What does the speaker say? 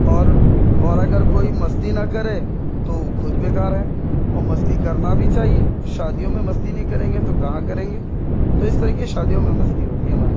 اور اور اگر کوئی مستی نہ کرے تو وہ خود بےکار ہے اور مستی کرنا بھی چاہیے شادیوں میں مستی نہیں کریں گے تو کہاں کریں گے تو اس طریقے شادیوں میں مستی ہوتی ہے ہمارے یہاں